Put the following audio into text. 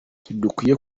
ntidukwiye